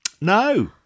No